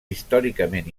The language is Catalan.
històricament